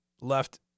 left